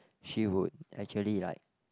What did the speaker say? she would actually like